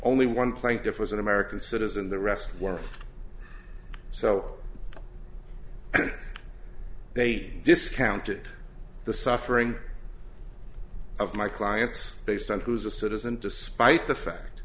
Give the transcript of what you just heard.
only one plaintiff was an american citizen the rest were so they discounted the suffering of my clients based on who is a citizen despite the fact